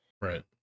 Right